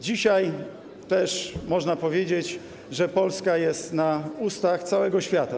Dzisiaj można powiedzieć, że Polska jest na ustach całego świata.